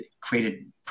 created